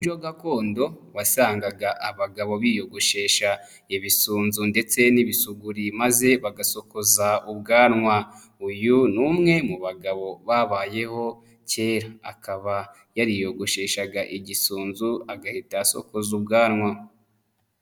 Gakondo wasangaga abagabo biyogoshesha ibisunzu ndetse n'ibisuguri maze bagasokoza ubwanwa. Uyu nimwe mu bagabo babayeho kera akaba yariyogosheshaga igisunzu agahita asokoza ubwanwa.